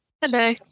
Hello